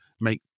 make